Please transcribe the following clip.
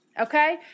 Okay